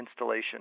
installation